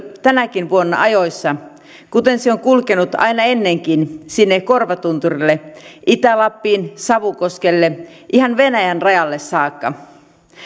tänäkin vuonna ajoissa kuten se on kulkenut aina ennenkin sinne korvatunturille itä lappiin savukoskelle ihan venäjän rajalle saakka